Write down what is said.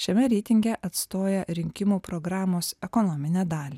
šiame reitinge atstoja rinkimų programos ekonominę dalį